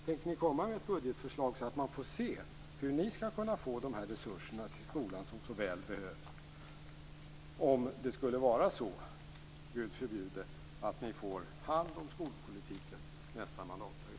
Tänker ni komma med ett budgetförslag så att man får se hur ni skall kunna få de resurser till skolan som så väl behövs om det skulle vara så, Gud förbjude, att ni får hand om skolpolitiken nästa mandatperiod?